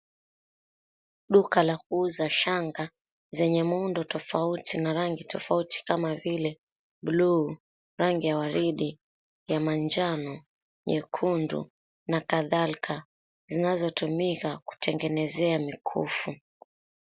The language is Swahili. Duka la kuuza shanga, zenye muundo tofauti na rangi tofauti kama vile, buluu, rangi ya waridi, ya manjano, nyekundu na kadhalika zinazotumika kutengezea mikufu.